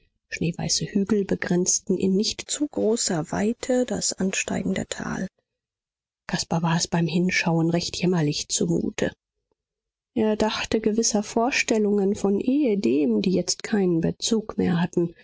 schneeweiße hügel begrenzten in nicht zu großer weite das ansteigende tal caspar war es beim hinschauen recht jämmerlich zumute er dachte gewisser vorstellungen von ehedem die jetzt keinen bezug mehr hatten